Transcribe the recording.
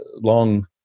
long